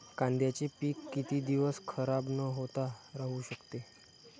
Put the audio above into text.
कांद्याचे पीक किती दिवस खराब न होता राहू शकते?